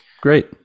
great